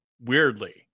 weirdly